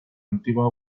antigua